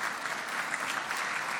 (חותם